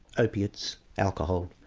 opiates, alcohol,